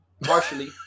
partially